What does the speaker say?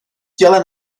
těle